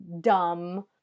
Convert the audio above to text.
dumb